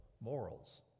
morals